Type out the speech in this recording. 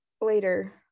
later